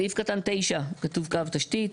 בסעיף קטן (9) כתוב "קו תשתית",